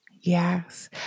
yes